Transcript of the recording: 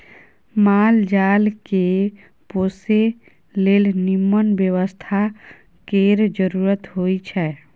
माल जाल केँ पोसय लेल निम्मन बेवस्था केर जरुरत होई छै